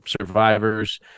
survivors